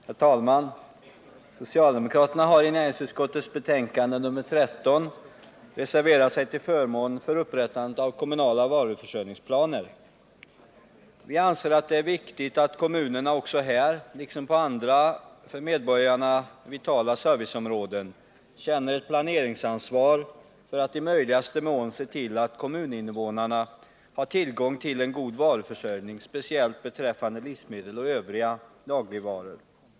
Herr talman! Socialdemokraterna har i näringsutskottets betänkande nr 13 reserverat sig till förmån för upprättandet av kommunala varuförsörjningsplaner. Vi anser att det är viktigt att kommunerna här, liksom på andra för medborgarna vitala serviceområden, känner ett planeringsansvar och i möjligaste mån ser till att kommuninvånarna har tillgång till en god varuförsörjning, speciellt beträffande livsmedel och övriga dagligvaror.